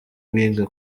biga